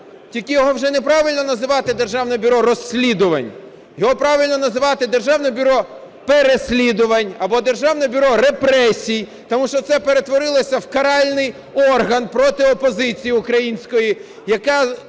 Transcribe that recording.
Тільки його вже неправильно називати Державне бюро розслідувань, його правильно назвати "державне бюро переслідувань", або "державне бюро репресій". Тому що це перетворилося в каральний орган проти опозиції української, який